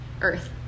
earth